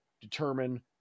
determine